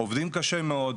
עובדים קשה מאוד,